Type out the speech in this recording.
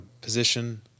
position